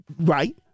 Right